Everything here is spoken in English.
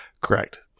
Correct